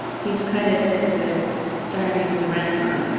he's credited with starting the renaissance,